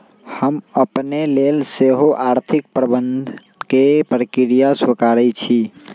हम अपने लेल सेहो आर्थिक प्रबंधन के प्रक्रिया स्वीकारइ छी